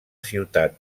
ciutat